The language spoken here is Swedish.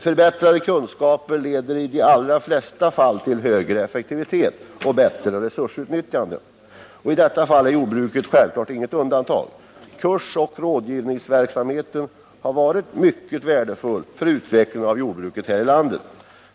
Förbättrade kunskaper leder i de allra flesta fall till högre effektivitet och bättre resursutnyttjande, och i detta fall är jordbruket självfallet inget undantag. Kursoch rådgivningsverksamheten har varit mycket värdefull för utvecklingen av jordbruket här i landet.